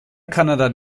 canada